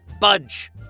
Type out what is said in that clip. budge